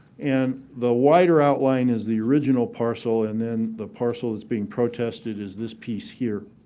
and the wider outline is the original parcel, and then the parcel that's being protested is this piece here.